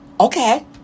Okay